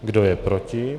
Kdo je proti?